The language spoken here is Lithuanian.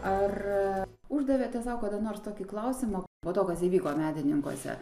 ar uždavėte sau kada nors tokį klausimą po to kas įvyko medininkuose